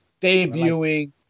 debuting